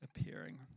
appearing